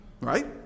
right